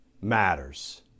matters